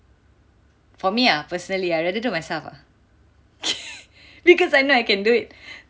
for me ah I personally I rather do myself ah because I know I can do it